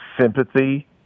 sympathy